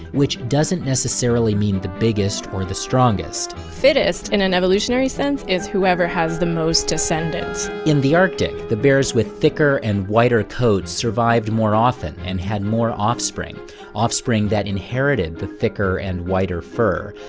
which doesn't necessarily mean the biggest or the strongest. fittest in an evolutionary sense is whoever has the most descendants. in the arctic, the bears with thicker and whiter coats survived more often and had more offspring offspring that inherited the thicker and whiter fur.